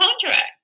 contract